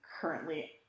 currently